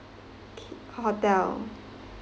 hotel